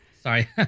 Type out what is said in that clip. Sorry